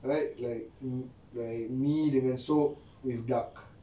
right like like mi dengan